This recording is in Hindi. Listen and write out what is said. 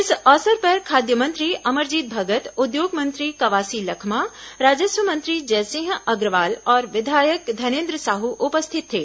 इस अवसर पर खाद्य मंत्री अमरजीत भगत उद्योग मंत्री कवासी लखमा राजस्व मंत्री जयसिंह अग्रवाल और विधायक धनेन्द्र साहू उपस्थित थे